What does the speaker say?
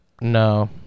no